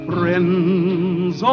Friends